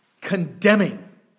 Condemning